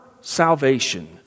salvation